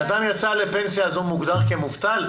בן אדם יצא לפנסיה אז הוא מוגדר כמובטל?